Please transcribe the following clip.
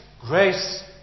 grace